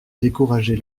décourager